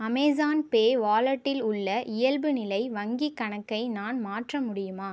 Amazon Pay வாலெட்டில் உள்ள இயல்புநிலை வங்கிக்கணக்கை நான் மாற்ற முடியுமா